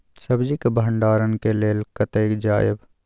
सब्जी के भंडारणक लेल कतय जायब?